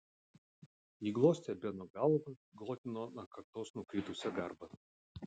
ji glostė beno galvą glotnino ant kaktos nukritusią garbaną